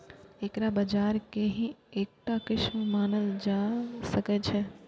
एकरा बाजार के ही एकटा किस्म मानल जा सकै छै